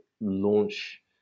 launch